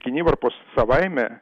kinivarpos savaime